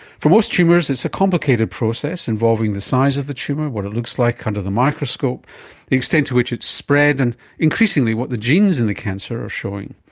for most tumours it's a complicated process involving the size of the tumour, what it looks like under kind of the microscope, the extent to which it's spread and increasingly what the genes in the cancer are showing.